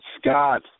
Scott